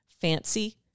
fancy